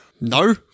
No